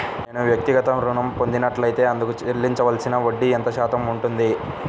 నేను వ్యక్తిగత ఋణం పొందినట్లైతే అందుకు చెల్లించవలసిన వడ్డీ ఎంత శాతం ఉంటుంది?